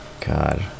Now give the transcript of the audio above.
God